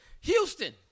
Houston